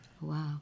Wow